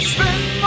Spend